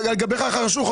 על גביך חרשו,